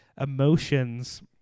emotions